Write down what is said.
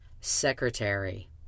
Secretary